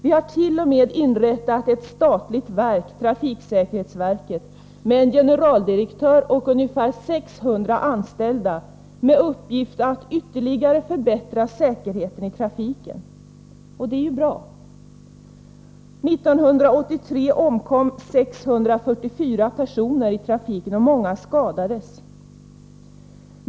Vi har t.o.m. inrättat ett särskilt statligt verk, trafiksäkerhetsverket, med en generaldirektör och ungefär 600 anställda med uppgift att ytterligare förbättra säkerheten i trafiken — och det är ju bra. År 1983 omkom 644 personer i trafiken och många skadades.